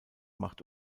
macht